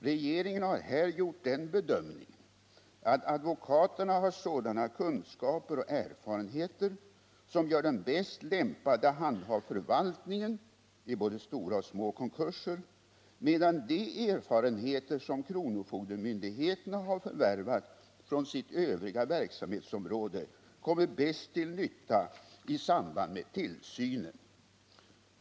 Regeringen har här gjort den bedömningen att advokaterna har sådana kunskaper och erfarenheter som gör dem bäst lämpade att handha förvaltningen i både stora och små konkurser, medan de erfarenheter som kronofogdemyndigheterna har förvärvat från sitt övriga verksamhetsområde kommer bäst till nytta i samband med tillsynen.